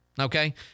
Okay